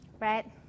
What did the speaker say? right